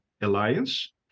alliance